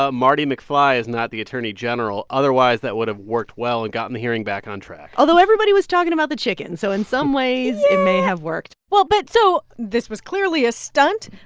ah marty mcfly is not the attorney general, otherwise that would have worked well and gotten the hearing back on track although, everybody was talking about the chicken, so in some ways it may have worked yeah. well, but so this was clearly a stunt.